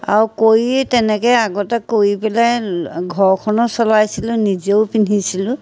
আৰু কৰি তেনেকৈ আগতে কৰি পেলাই ঘৰখনো চলাইছিলোঁ নিজেও পিন্ধিছিলোঁ